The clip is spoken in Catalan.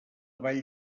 vall